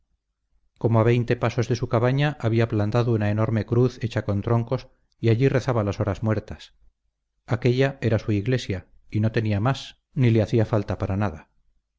como a veinte pasos de su cabaña había plantado una enorme cruz hecha con troncos y allí rezaba las horas muertas aquélla era su iglesia y no tenía más ni le hacía falta para nada